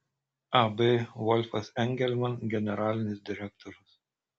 ab volfas engelman generalinis direktorius